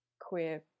queer